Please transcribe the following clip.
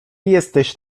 jesteś